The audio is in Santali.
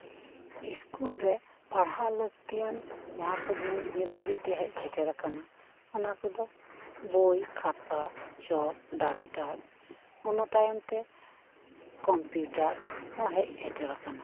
ᱥᱠᱩᱞ ᱨᱮ ᱯᱟᱲᱦᱟᱣ ᱞᱟᱹᱠᱛᱤᱭᱟᱱ ᱡᱟᱦᱟᱸ ᱠᱚ ᱡᱤᱱᱤᱥ ᱱᱤᱛ ᱦᱟᱹᱵᱤᱡ ᱛᱮ ᱦᱮᱡ ᱥᱮᱴᱮᱨᱟᱠᱟᱱᱟ ᱚᱱᱟ ᱠᱚᱫᱚ ᱵᱳᱭ ᱠᱷᱟᱛᱟ ᱪᱚᱠ ᱰᱟᱥᱴᱟᱨ ᱚᱱᱟ ᱛᱟᱭᱚᱢ ᱛᱮ ᱠᱚᱢᱯᱤᱭᱩᱴᱟᱨ ᱦᱚᱸ ᱦᱮᱡ ᱥᱮᱴᱮᱨ ᱟᱠᱟᱱᱟ